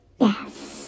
Yes